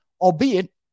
albeit